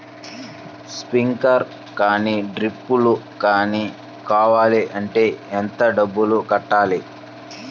Sprinkler కానీ డ్రిప్లు కాని కావాలి అంటే ఎంత డబ్బులు కట్టాలి?